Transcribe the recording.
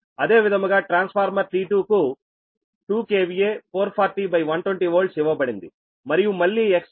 అదే విధముగా transformer T2 కు 2KVA 440120 Voltsఇవ్వబడింది మరియు మళ్లీ Xeq వచ్చి 0